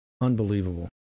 Unbelievable